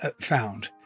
found